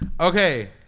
Okay